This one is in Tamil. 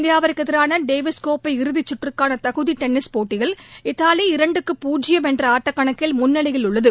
இந்தியாவுக்கு எதிரான டேவிஸ் கோப்பை இறுதிக்கற்றுக்கான தகுதி டென்னிஸ் போட்டியில் இத்தாலி இரண்டுக்கு பூஜ்ஜியம் என்ற ஆட்டக்கணக்கில் முன்னிலையில் உள்ளது